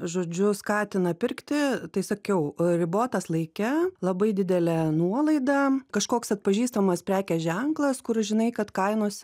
žodžiu skatina pirkti tai sakiau ribotas laike labai didelė nuolaida kažkoks atpažįstamas prekės ženklas kur žinai kad kainos